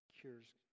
cures